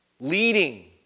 leading